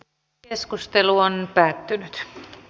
keskustelu päättyi